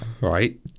Right